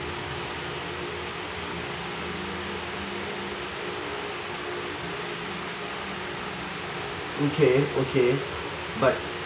okay okay but